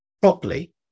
properly